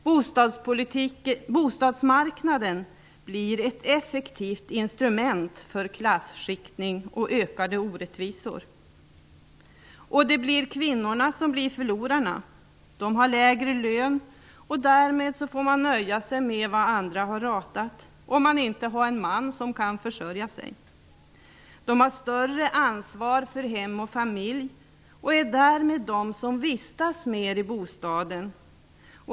Bostadsmarknaden blir ett effektivt instrument för klasskiktning och ökade orättvisor. Och det är kvinnorna som blir förlorarna. De har lägre lön och får därmed nöja sig med vad andra har ratat, om de inte har en man som kan försörja dem. Kvinnorna har större ansvar för hem och familj. Därmed vistas de mer i bostaden.